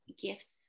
gifts